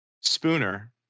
spooner